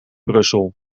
brussel